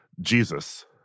Jesus